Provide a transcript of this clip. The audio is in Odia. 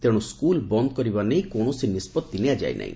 ତେଣୁ ସ୍କୁଲ୍ ବନ୍ଦ୍ କରିବା ନେଇ କୌଣସି ନିଷ୍ବଉି ନିଆଯାଇ ନାହି